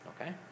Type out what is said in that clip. Okay